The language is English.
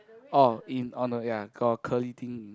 oh in on a ya got curly thing